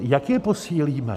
Jak je posílíme?